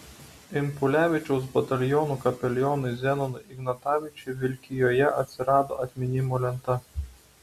impulevičiaus batalionų kapelionui zenonui ignatavičiui vilkijoje atsirado atminimo lenta